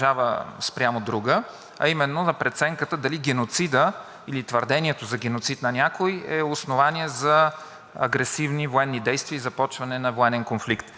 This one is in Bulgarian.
агресивни военни действия и започване на военен конфликт. Срокът, в който трябва да се упражни това право от страна на Министерския съвет, е 15 декември